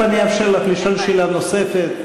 תכף אאפשר לך לשאול שאלה נוספת.